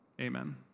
Amen